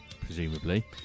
presumably